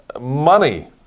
money